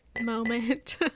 moment